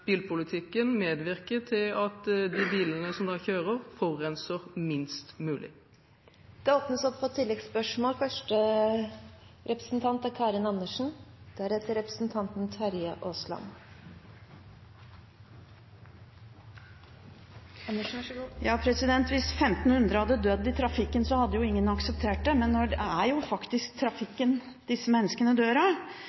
bilpolitikken medvirke til at de bilene som kjører, forurenser minst mulig. Det blir oppfølgingsspørsmål – først Karin Andersen. Hvis 1 500 hadde dødd i trafikken, hadde ingen akseptert det, men det er faktisk trafikken disse menneskene dør av. I Oslo må biltrafikken reduseres med 20 pst. for å sikre at luften ikke er